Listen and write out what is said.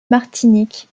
martinique